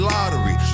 Lottery